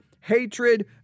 hatred